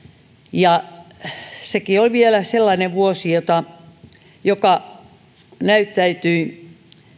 ja sekin oli vielä sellainen vuosi joka näyttäytyi